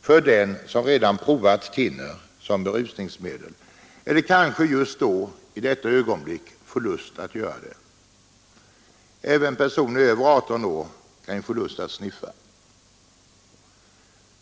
för den som redan prövat thinner som berusningsmedel eller som kanske just i det ögonblicket får lust att göra det — även personer över 18 år kan få lust att sniffa.